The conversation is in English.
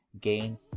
gain